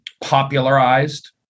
popularized